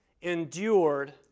endured